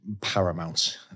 paramount